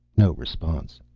no response.